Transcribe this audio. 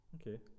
Okay